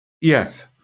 Yes